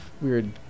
weird